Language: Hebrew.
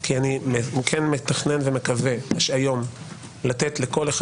כי אני כן מתכנן ומקווה לתת היום לכל אחד